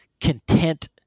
content